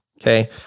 Okay